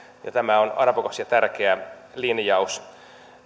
tämä on arvokas ja tärkeä linjaus